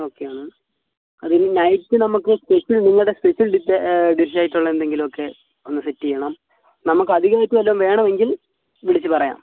okay ആണ് അതിനി night നമുക്ക് സ്പെഷ്യൽ നിങ്ങളുടെ സ്പെഷ്യൽ ഡിഷ് ഡിഷ് ആയിട്ടുള്ള എന്തെങ്കിലുമൊക്കെ ഒന്ന് സെറ്റ് ചെയ്യണം നമുക്ക് അധികമായിട്ട് വല്ലതും വേണമെങ്കിൽ വിളിച്ച് പറയാം